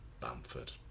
Bamford